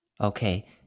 Okay